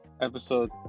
episode